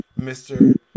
Mr